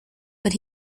but